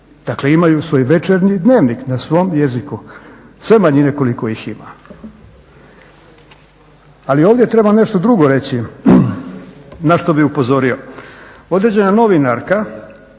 dakle imaju večernji dnevnik na svom jeziku, sve manjine koliko ih ima. Ali ovdje treba nešto drugo reći na što bih upozorio, određena radijska